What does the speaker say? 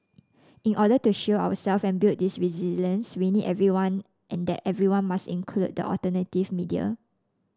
in order to shield ourselves and build this resilience we need everyone and that everyone must include the alternative media